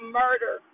murder